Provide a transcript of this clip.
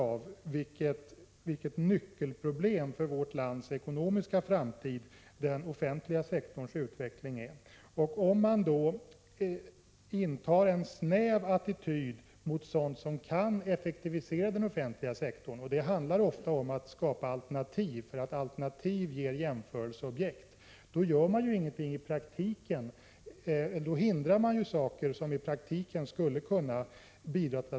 analysera sårbarhetsfrågor inom ADB området samt lägga fram förslag till konkreta åtgärder för att minska sårbarheten. I dag, nästan nio månader efter regeringsbeslutet, tvingas man konstatera att det ännu inte lett till någonting. Av vilken anledning har regeringsbeslutet om att förbättra arbetet med sårbarhetsfrågorna på ADB-området förhalats under så lång tid?